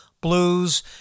blues